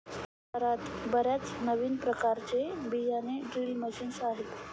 बाजारात बर्याच नवीन प्रकारचे बियाणे ड्रिल मशीन्स आहेत